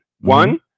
One